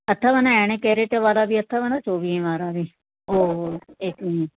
अथव न अरिड़हं कैरेट वारा बि अथव न चोवीह वारा बि पोइ एकवीह